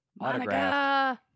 Autograph